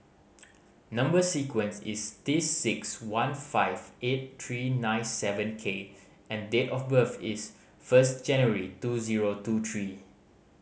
number sequence is T six one five eight three nine seven K and date of birth is first January two zero two three